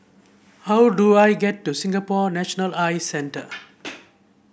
how do I get to Singapore National Eye Centre